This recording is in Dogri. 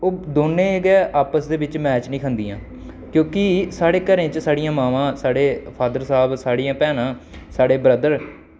ओह् दौनें गै आपस दे बिच्च मैच निं खंदियां क्योंकि साढ़े घरै च साढ़ियां मावां साढ़े फॉदर साह्ब साढ़ियां भैनां साढ़े ब्रदर